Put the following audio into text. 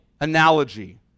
analogy